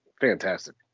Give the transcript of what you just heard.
fantastic